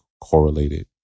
correlated